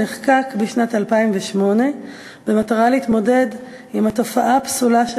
הנני מתכבדת להביא בפני הכנסת לקריאה שנייה ולקריאה